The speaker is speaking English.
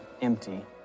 empty